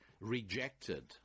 rejected